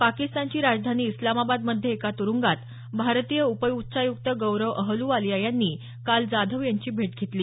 पाकिस्तानची राजधानी इस्लामाबादमध्ये एका तुरुंगात भारतीय उपउच्चायुक्त गौरव अहलुवालिया यांनी काल जाधव यांची भेट घेतली